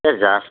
சரி சார்